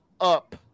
up